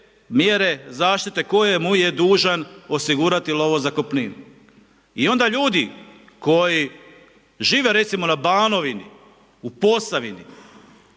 mjere zaštite koje mu je dužan osigurati lovozakupninu. I onda ljudi, koji žive recimo na Banovini, u Posavini,